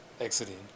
exiting